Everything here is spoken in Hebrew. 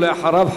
ואחריו,